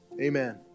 amen